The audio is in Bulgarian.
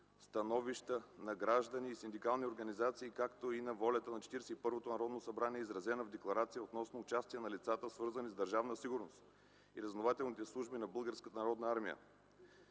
становище на граждани и синдикални организации, както и на волята на Четиридесет и първото Народно събрание, изразено в декларация относно участие на лица, свързани с Държавна сигурност и разузнавателните служби на